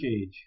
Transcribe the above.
age